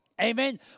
Amen